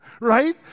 right